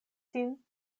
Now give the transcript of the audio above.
sin